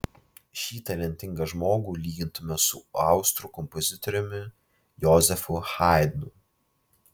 šį talentingą žmogų lygintume su austrų kompozitoriumi jozefu haidnu